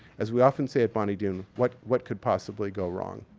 as we often say at bonny doon, what what could possibly go wrong?